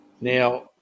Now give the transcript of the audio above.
Now